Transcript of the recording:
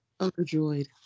overjoyed